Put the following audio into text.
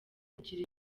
kugira